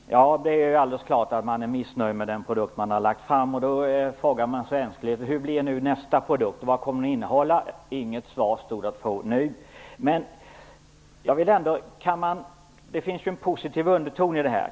Herr talman! Det är alldeles klart att man är missnöjd med den produkt man har lagt fram. Då frågar jag mig ängsligt: Hur blir nästa produkt? Vad kommer den att innehålla? Inget svar stod att få nu. Men det finns ändå en positiv underton i det här.